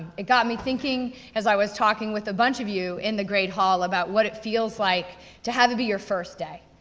it got me thinking as i was talking with a bunch of you in the great hall about what it feels like to have it be your first day,